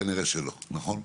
כנראה שלא, נכון?